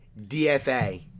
DFA